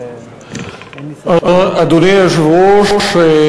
אדוני היושב-ראש,